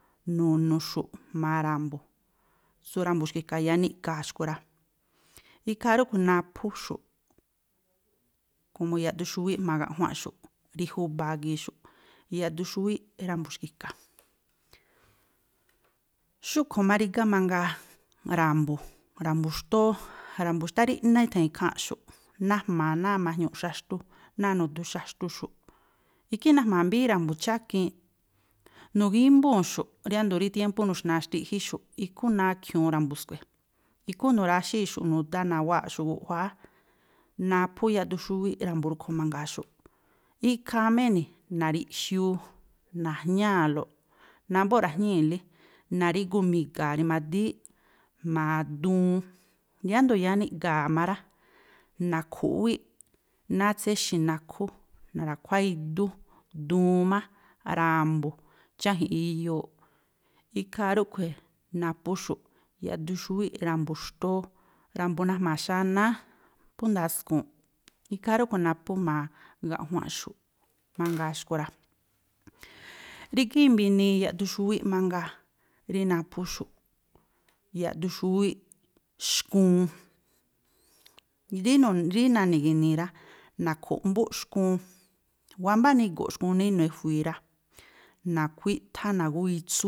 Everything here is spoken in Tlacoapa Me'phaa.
Nu̱nu̱xu̱ꞌ jma̱a ra̱mbu̱, tsú ra̱mbu̱ xki̱ka̱ yáá niꞌga̱a̱ xkui̱ rá. Ikhaa rúꞌkhui̱ naphú xu̱ꞌ komo yaꞌduxúwíꞌ jma̱a gaꞌjuanꞌxu̱ rí júba̱a gii̱ xúꞌ, yaꞌdu xúwíꞌ ra̱mbu̱ xki̱ka̱. Xúꞌkhui̱ má rígá mangaa ra̱mbu̱, ra̱mbu̱ xtóó, ra̱mbu̱ xtá ríꞌná i̱tha̱an ikháa̱nꞌxu̱ꞌ, najma̱a̱ náa̱ majñu̱u̱ꞌ xaxtu, náa̱ nu̱dú xaxtuxu̱ꞌ. Ikhí najma̱a̱ mbíín ra̱mbu̱ chákiinꞌ, nu̱gímbúu̱nxu̱ꞌ riándo̱ rí tiémpú nu̱xna̱a xtiꞌjíxu̱ꞌ, ikhú nakhiu̱un ra̱mbu̱ skui̱, ikhú nu̱ráxíi̱xu̱ꞌ nu̱dá nawáa̱ꞌxu̱ꞌ guꞌjuáá, naphú yaꞌduxúwíꞌ ra̱mbu̱ rúꞌkhui̱ mangaa xu̱ꞌ ikhaa má e̱ni̱. Na̱riꞌjiuu, na̱jñáa̱lo, námbóꞌ ra̱jñíi̱lí, na̱rígu mi̱ga̱a̱ rimadíí jma̱a duun. Yáá riándo̱ yáá niꞌga̱a̱ má rá, na̱khu̱ꞌwíꞌ, náa̱ tséxi̱ nakhú na̱ra̱khuáá idú, duun má, ra̱mbu̱, cháji̱nꞌ iyooꞌ. Ikhaa rúꞌkhui̱ naphú xu̱ꞌ yaꞌdu xúwíꞌ ra̱mbu̱ xtóó. Ra̱mbu̱ najma̱a̱ xanáá phú ndaskuu̱nꞌ, ikhaa rúꞌkhui̱ naphú jma̱a gaꞌjuanꞌxu̱ꞌ mangaa xkui̱ rá. rígá i̱mba̱ inii yaꞌdu xúwíꞌ mangaa, rí naphúxu̱ꞌ, yaꞌdu xúwíꞌ xkuun, rí na̱ni̱ ginii rá. Na̱khu̱ꞌmbúꞌ xkuun, wámbá nigu̱ꞌ xkuun náa̱ inuu e̱jui̱i rá, na̱khuíꞌthá na̱gúwii itsú.